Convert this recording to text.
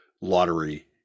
lottery